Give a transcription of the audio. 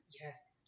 Yes